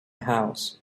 house